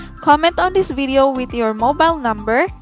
comment on this video with your mobile number.